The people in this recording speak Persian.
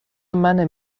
منه